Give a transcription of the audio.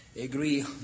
agree